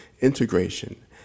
integration